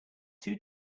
too